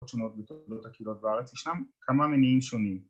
שונות בתולדות הקהילות בארץ ישנם כמה מניעים שונים